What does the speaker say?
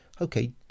okay